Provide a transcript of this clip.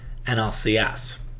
NLCS